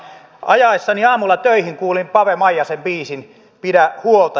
ajaessani aamulla töihin kuulin pave maijasen biisin pidä huolta